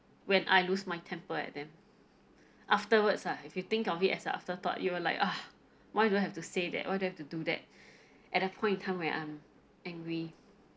when I lose my temper at them afterwards ah if you think of it as an afterthought you will like ah why do I have to say that why do I have to do that at a point in time when I'm angry